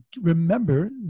remember